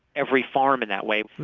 every farm in that way